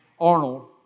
Arnold